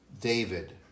David